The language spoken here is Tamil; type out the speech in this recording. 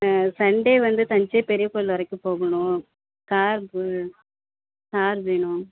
ஆ சண்டே வந்து தஞ்சை பெரிய கோயில் வரைக்கும் போகணும் கார் வேணும் கார் வேணும்